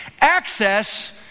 access